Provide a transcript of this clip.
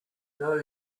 know